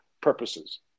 purposes